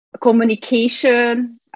communication